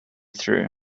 through